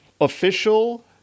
official